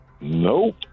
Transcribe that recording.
Nope